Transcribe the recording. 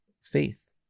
faith